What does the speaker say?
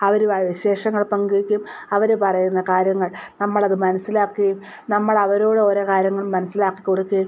അവരുമായി വിശേഷങ്ങൾ പങ്കുവെക്കും അവരു പറയുന്ന കാര്യങ്ങൾ നമ്മളത് മനസിലാക്കുകയും നമ്മളവരോട് ഓരോ കാര്യങ്ങൾ മനസിലാക്കികൊടുക്കുകയും